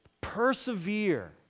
persevere